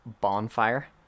bonfire